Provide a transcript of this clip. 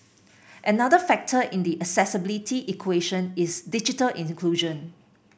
another factor in the accessibility equation is digital in the